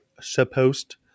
supposed